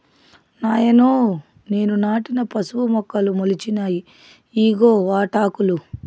నాయనో నేను నాటిన పసుపు మొక్కలు మొలిచినాయి ఇయ్యిగో వాటాకులు